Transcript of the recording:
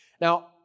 Now